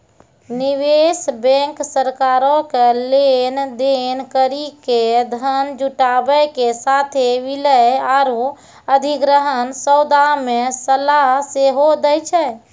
निवेश बैंक सरकारो के लेन देन करि के धन जुटाबै के साथे विलय आरु अधिग्रहण सौदा मे सलाह सेहो दै छै